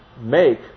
make